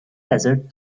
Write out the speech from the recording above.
desert